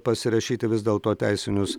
pasirašyti vis dėlto teisinius